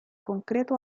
concreto